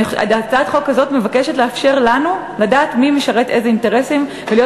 הצעת החוק הזאת מבקשת לאפשר לנו לדעת מי משרת איזה אינטרסים ולהיות